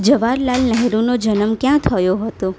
જવાહરલાલ નેહરુનો જન્મ ક્યાં થયો હતો